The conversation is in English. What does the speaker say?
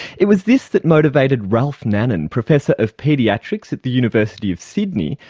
it was this that motivated ralph nanan, professor of paediatrics at the university of sydney,